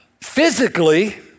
physically